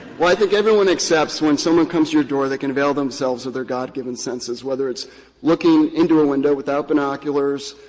well, i think everyone accepts when someone comes to your door, they can avail themselves of their god-given senses, whether it's looking into a window without binoculars,